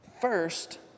first